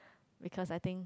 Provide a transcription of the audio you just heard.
because I think